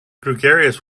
gregarious